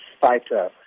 fighter